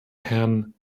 herrn